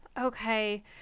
okay